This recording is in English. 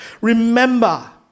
Remember